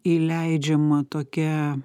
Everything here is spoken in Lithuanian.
įleidžiama tokia